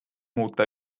muuta